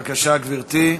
גברתי.